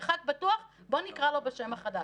מרחק בטוח בוא נקרא לו בשם החדש.